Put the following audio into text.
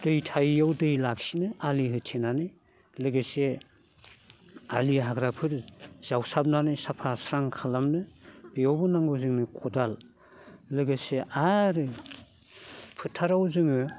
दै थायियाव दै लाखिनो आलि होथेनानै लोगोसे आलि हाग्राफोर जावसाबनानै साफा स्रां खालामनो बेयावबो नांगौ जोंनो खदाल लोगोसे आरो फोथाराव जोङो